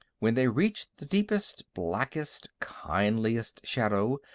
when they reached the deepest, blackest, kindliest shadow,